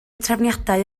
trefniadau